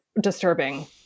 disturbing